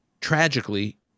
tragically